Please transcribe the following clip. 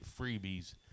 freebies